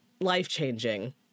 life-changing